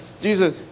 Jesus